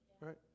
right